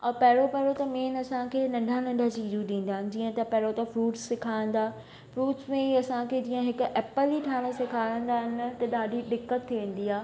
ऐं पहिरियों पहिरियों त मेन असां खे नंढा नंढा चीज़ूं ॾींदा आहिनि जीअं त फ्रूट्स सेखारींदा फ्रूट्स में ई असांखे जीअं हिकु एप्पल ई ठाहिणु सेखारींदा आहिनि न त ॾाढी दिक़त थी वेंदी आहे